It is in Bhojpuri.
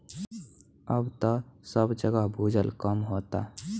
अब त सब जगह भूजल कम होता